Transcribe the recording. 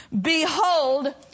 behold